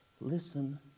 Listen